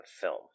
film